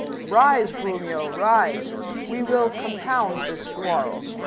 rise, grumio, rise we will compound this quarrel.